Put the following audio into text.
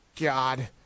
god